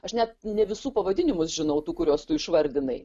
aš net ne visų pavadinimus žinau tų kuriuos tu išvardinai